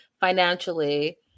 financially